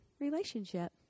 relationship